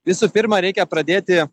visų pirma reikia pradėti